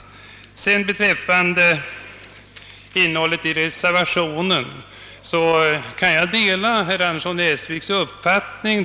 Beträffande innehållet i reservationen delar jag herr Anderssons i Essvik uppfattning.